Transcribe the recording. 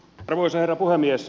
arvoisa herra puhemies